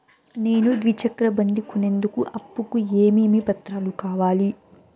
నేను ద్విచక్ర బండి కొనేందుకు అప్పు కు ఏమేమి పత్రాలు కావాలి?